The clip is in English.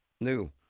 New